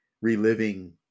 reliving